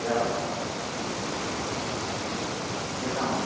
hello തിരക്കാണോ